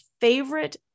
favorite